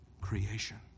creation